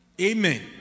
Amen